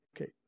okay